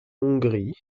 hongrie